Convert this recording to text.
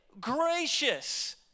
gracious